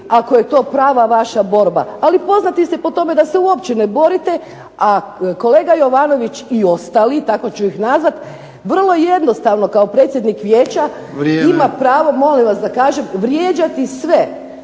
ako je to prava vaša borba. Ali poznati ste po tome da se uopće ne borite, a kolega Jovanović i ostali, tako ću ih nazvati, vrlo jednostavno kao predsjednik vijeća ima pravo **Jarnjak, Ivan (HDZ)** Vrijeme.